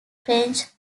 french